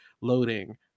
loading